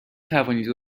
توانید